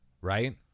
right